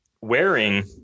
wearing